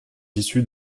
issues